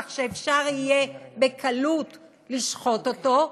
כך שאפשר יהיה בקלות לשחוט אותו.